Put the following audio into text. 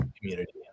community